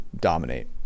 dominate